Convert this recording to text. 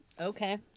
Okay